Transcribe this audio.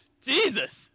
Jesus